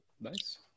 Nice